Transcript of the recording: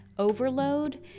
Overload